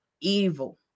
evil